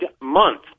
Month